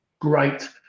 Great